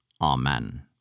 Amen